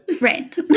Right